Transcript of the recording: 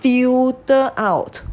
filter out